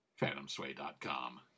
Phantomsway.com